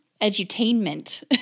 edutainment